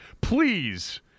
Please